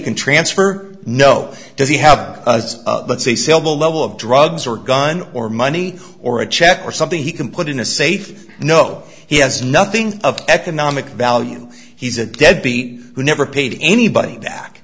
can transfer no does he have let's say sell the level of drugs or gun or money or a check or something he can put in a safe no he has nothing of economic value he's a deadbeat who never paid anybody back